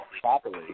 properly